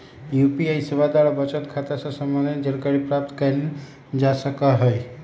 UPI सेवा द्वारा बचत खता से संबंधित जानकारी प्राप्त कएल जा सकहइ